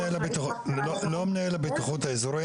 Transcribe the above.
לא מנהל הבטיחות האזורי,